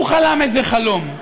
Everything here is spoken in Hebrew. הוא חלם איזה חלום,